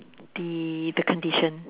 the the condition